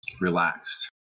relaxed